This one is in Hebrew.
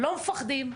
לא מפחדים.